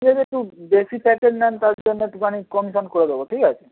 ঠিক আছে একটু বেশি প্যাকেজ নেন তার জন্য একটুখানি কম সম করে দেবো ঠিক আছে